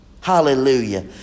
Hallelujah